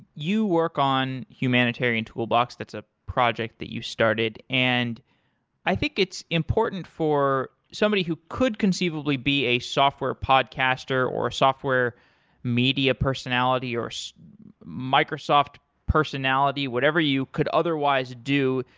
you work on humanitarian toolbox that's a project that you started, and i think it's important for somebody who could conceivably be a software podcaster or a software media personality or a so microsoft personality, whatever you could otherwise do.